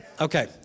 Okay